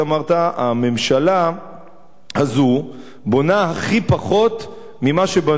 הממשלה הזו בונה הכי פחות ממה שבנו אי-פעם,